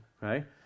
right